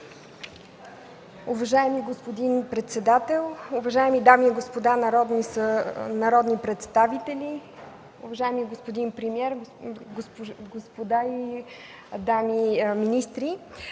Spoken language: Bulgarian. Уважаеми господин председател, уважаеми дами и господа народни представители, уважаеми господин премиер, дами и господа министри!